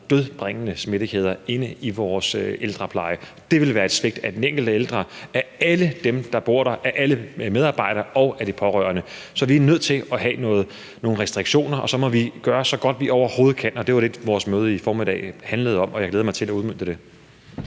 dødbringende smittekæder, inde i vores ældrepleje. Det ville være et svigt af den enkelte ældre, af alle dem, der bor der, af alle medarbejdere og af de pårørende. Så vi er nødt til at have nogle restriktioner, og så må vi gøre det så godt, som vi overhovedet kan. Det var det, vores møde i formiddag handlede om, og jeg glæder mig til at udmønte det.